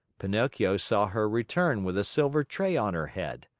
pinocchio saw her return with a silver tray on her head.